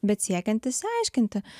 bet siekiant išsiaiškinti